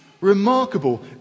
remarkable